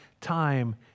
time